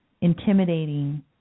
intimidating